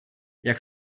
jak